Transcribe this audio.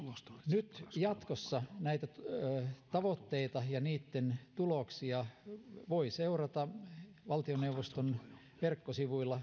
nyt jatkossa näitä tavoitteita ja niitten tuloksia voi seurata valtioneuvoston verkkosivuilla